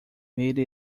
made